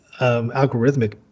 algorithmic